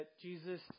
Jesus